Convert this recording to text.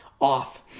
off